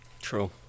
true